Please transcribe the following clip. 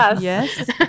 Yes